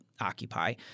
occupy